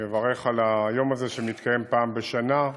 אני מברך על היום הזה, שמתקיים פעם בשנה.